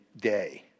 day